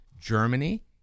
Germany